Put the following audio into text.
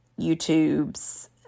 YouTube's